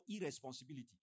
irresponsibility